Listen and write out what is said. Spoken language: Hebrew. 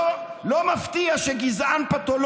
לא ראוי איך שאתה מדבר,